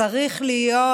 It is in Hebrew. צריך להיות